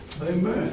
Amen